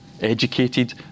educated